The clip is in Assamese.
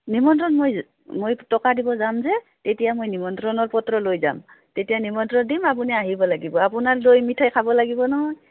নিমন্ত্ৰণ মই মই টকা দিব যাম যে তেতিয়া মই নিমন্ত্ৰণৰ পত্ৰ লৈ যাম তেতিয়া নিমন্ত্ৰণ দিম আপুনি আহিব লাগিব আপোনাৰ দৈ মিঠাই খাব লাগিব নহয়